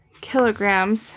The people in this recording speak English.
kilograms